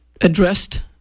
addressed